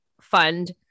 fund